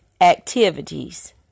activities